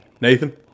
Nathan